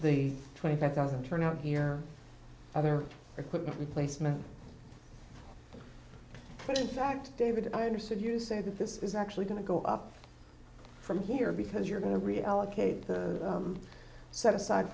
the twenty five thousand turn out here other equipment replacements but in fact david i understand you say that this is actually going to go up from here because you're going to reallocate set aside